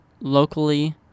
locally